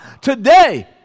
today